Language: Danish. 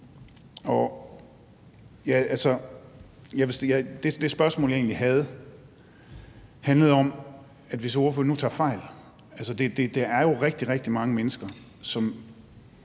Det spørgsmål, jeg egentlig havde, handlede om, hvis ordføreren nu tager fejl. Der er jo rigtig, rigtig mange mennesker, som